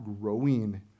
growing